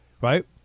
Right